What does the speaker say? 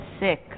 sick